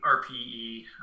RPE